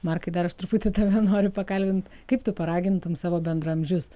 markai dar aš truputį tave noriu pakalbint kaip tu paragintum savo bendraamžius